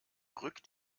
rückt